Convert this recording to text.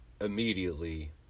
immediately